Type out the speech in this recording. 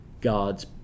God's